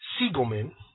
Siegelman